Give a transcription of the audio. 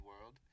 world